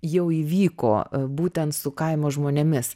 jau įvyko būtent su kaimo žmonėmis